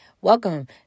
welcome